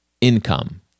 income